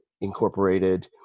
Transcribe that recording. incorporated